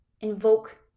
invoke